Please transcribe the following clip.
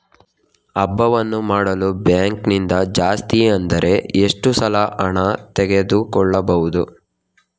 ಹಬ್ಬವನ್ನು ಮಾಡಲು ಬ್ಯಾಂಕ್ ನಿಂದ ಜಾಸ್ತಿ ಅಂದ್ರೆ ಎಷ್ಟು ಸಾಲ ಹಣ ತೆಗೆದುಕೊಳ್ಳಬಹುದು?